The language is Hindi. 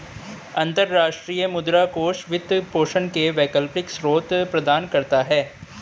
अंतर्राष्ट्रीय मुद्रा कोष वित्त पोषण के वैकल्पिक स्रोत प्रदान करता है